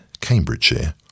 Cambridgeshire